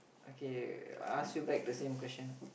okay I ask you back the same question